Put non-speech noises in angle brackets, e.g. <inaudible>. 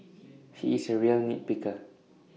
<noise> he is A real nit picker